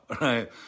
right